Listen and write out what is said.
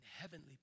heavenly